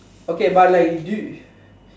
okay but like you do